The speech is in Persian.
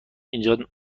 انجام